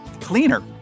cleaner